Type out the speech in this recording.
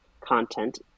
content